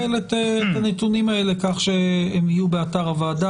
מבחני הנטרול שלהם,